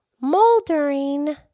moldering